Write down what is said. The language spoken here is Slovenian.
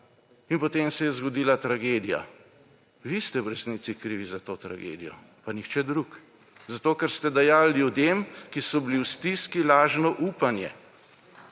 in potem se je zgodila tragedija. Vi ste v resnici krivi za to tragedijo, pa nihče drug! Zato, ker ste dajali ljudem, ki so bili v stiski, lažno upanje.